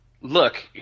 look